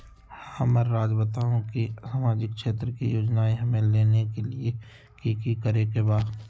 हमराज़ बताओ कि सामाजिक क्षेत्र की योजनाएं हमें लेने के लिए कि कि करे के बा?